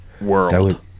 World